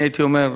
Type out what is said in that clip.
אני הייתי אומר,